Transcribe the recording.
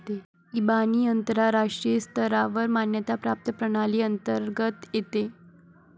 इबानी आंतरराष्ट्रीय स्तरावर मान्यता प्राप्त प्रणाली अंतर्गत येते